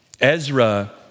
Ezra